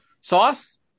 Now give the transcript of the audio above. Sauce